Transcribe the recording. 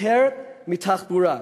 יותר מתחבורה.